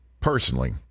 Personally